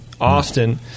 Austin